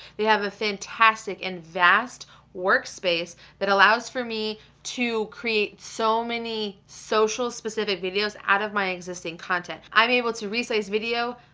they have a fantastic and vast workspace that allows for me to create so many social specific videos out of my existing content. i'm able to resize video,